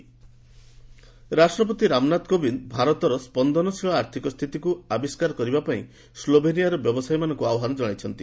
ପ୍ରେକ୍ ଭିକିଟ୍ ରାଷ୍ଟ୍ରପତି ରାମନାଥ କୋବିନ୍ଦ ଭାରତର ସ୍ୱନଶୀଳ ଆର୍ଥିକ ଶକ୍ତିକୁ ଆବିଷ୍କାର କରିବା ପାଇଁ ସ୍କୋଭେନିଆର ବ୍ୟବସାୟୀମାନଙ୍କୁ ଆହ୍ପାନ ଜଣାଇଛନ୍ତି